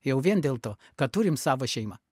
jau vien dėl to kad turim savo šeimą